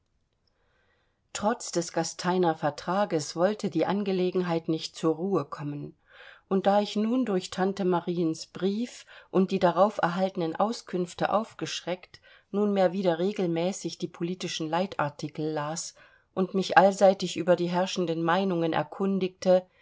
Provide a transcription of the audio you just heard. trotz des gasteiner vertrages wollte die angelegenheit nicht zur ruhe kommen und da ich nun durch tante mariens brief und die darauf erhaltenen auskünfte aufgeschreckt nunmehr wieder regelmäßig die politischen leitartikel las und mich allseitig über die herrschenden meinungen erkundigte